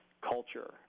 culture